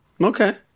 Okay